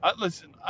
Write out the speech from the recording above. Listen